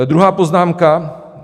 Druhá poznámka.